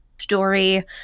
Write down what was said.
story